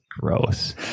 gross